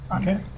Okay